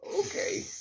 Okay